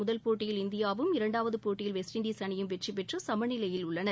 முதல் போட்டியில் இந்தியாவும் இரண்டாவது போட்டியில் வெஸ்ட் இண்டீஸ் அணியும் வெற்றிபெற்று சமநிலையில் உள்ளன